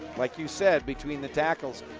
like you said, between the tackles.